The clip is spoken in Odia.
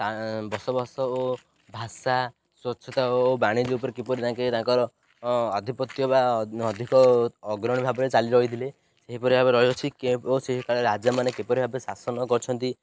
ବସବାସ ଓ ଭାଷା ସ୍ୱଚ୍ଛତା ଓ ବାଣିଜ୍ୟ ଉପରେ କିପରି ତାଙ୍କେ ତାଙ୍କର ଆଧିପତ୍ୟ ବା ଅଧିକ ଅଗ୍ରଣୀ ଭାବରେ ଚାଲି ରହିଥିଲେ ସେହିପରି ଭାରେ ରହିଅଛି କେଭ୍ ଓ ସେ କ ରାଜାମାନେ କିପରି ଭାବେ ଶାସନ କରିଛନ୍ତି